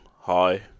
hi